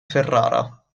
ferrara